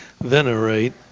venerate